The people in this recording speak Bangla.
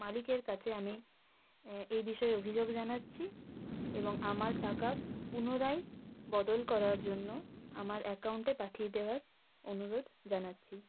মালিকের কাছে আমি এই বিষয়ে অভিযোগ জানাচ্ছি এবং আমার টাকা পুনরায় বদল করার জন্য আমার অ্যাকাউন্টে পাঠিয়ে দেওয়ার অনুরোধ জানাচ্ছি